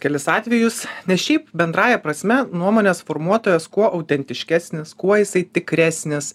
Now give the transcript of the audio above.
kelis atvejus nes šiaip bendrąja prasme nuomonės formuotojas kuo autentiškesnis kuo jisai tikresnis